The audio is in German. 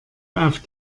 auf